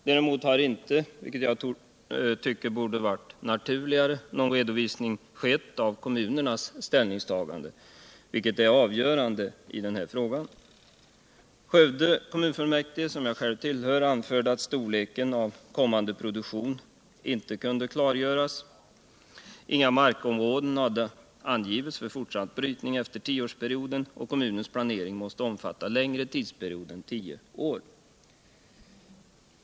Däremot har inte, vilket jag tycker borde varit naturligare, någon redovisning skett av kommunernas ställningstagande, vilket är avgörande för frågan. Skövde kommunfullmäktige, som jag själv tillhör, anförde att storleken av kommande produktion inte kunde klargöras. Inga markområden hade angivits för fortsatt brytning efter tioårsperioden, och kommunens plancring måste omfatta längre tidsperiod än tio år.